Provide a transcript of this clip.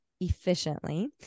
efficiently